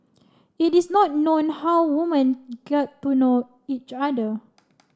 it is not known how women got to know each other